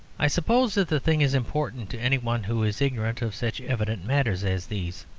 i suppose that the thing is important to any one who is ignorant of such evident matters as these.